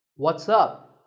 what's up?